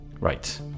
Right